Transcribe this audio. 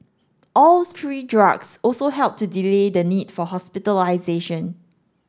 all three drugs also helped to delay the need for hospitalisation